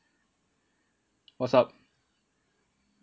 what's up